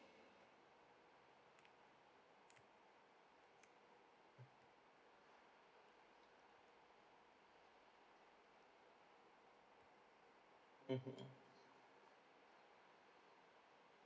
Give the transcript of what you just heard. mmhmm